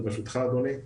בראשותך אדוני,